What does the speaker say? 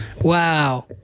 Wow